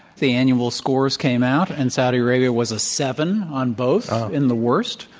the annual scores came out, and saudi arabia was a seven on both in the worst,